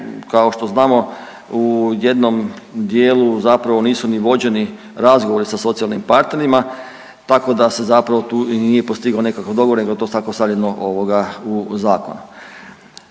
kao što znamo u jednom dijelu zapravo nisu ni vođeni razgovori sa socijalnim partnerima, tako da se zapravo tu i nije postigao nekakav dogovor nego je to tako stavljeno ovoga u zakon.